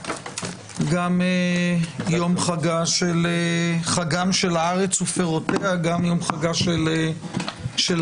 גם יום חגם של הארץ ופירותיה וגם יום חגה של הכנסת.